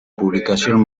publicación